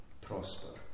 prosper